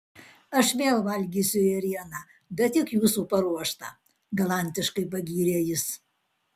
aš vėl valgysiu ėrieną bet tik jūsų paruoštą galantiškai pagyrė jis